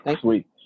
sweet